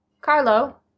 Carlo